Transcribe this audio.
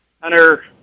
hunter